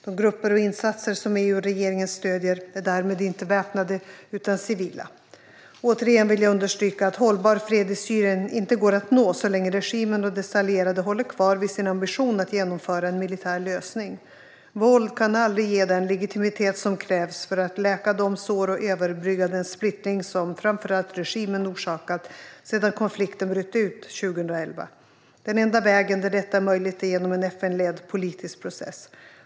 De grupper och insatser som EU och regeringen stöder är därmed inte väpnade utan civila. Återigen vill jag understryka att hållbar fred i Syrien inte går att nå så länge regimen och dess allierade håller kvar vid sin ambition att genomföra en militär lösning. Våld kan aldrig ge den legitimitet som krävs för att läka de sår och överbrygga den splittring som framför allt regimen orsakat sedan konflikten bröt ut 2011. Den enda vägen där detta är möjligt är genom en FN-ledd politisk process.